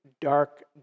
dark